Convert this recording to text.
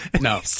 No